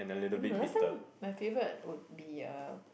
eh no no last time my favourite would be uh